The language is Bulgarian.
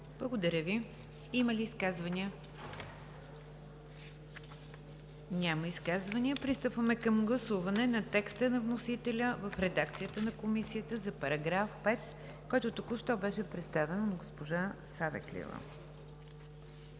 Благодаря Ви. Има ли изказвания? Няма. Пристъпваме към гласуване на текста на вносителя в редакцията на Комисията за § 5, който току-що беше представен от госпожа Савеклиева.